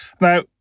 Now